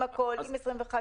עם 21 יום.